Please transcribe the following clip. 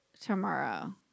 tomorrow